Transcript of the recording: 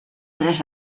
tres